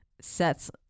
sets